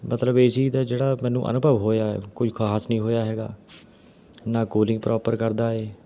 ਮਤਲਬ A C ਦਾ ਜਿਹੜਾ ਮੈਨੂੰ ਅਨੁਭਵ ਹੋਇਆ ਕੁਝ ਖਾਸ ਨਹੀਂ ਹੋਇਆ ਹੈਗਾ ਨਾ ਕੂਲਿੰਗ ਪ੍ਰੋਪਰ ਕਰਦਾ ਹੈ